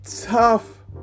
tough